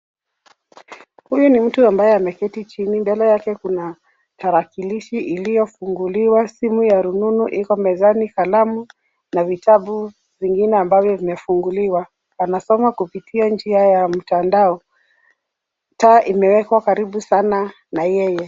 Huyu ni mtu ambaye ameketi chini. Mbele yake kuna tarakilishi iliyofunguliwa, simu ya rununu iko mezani, kalamu na vitabu vingine ambavyo vimefunguliwa. Anasoma kupitia njia ya mtandao. Taa imewekwa karibu sana na yeye.